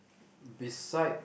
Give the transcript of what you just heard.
beside